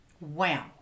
wow